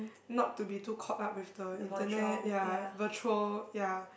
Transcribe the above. not to be too caught up with the internet ya virtual ya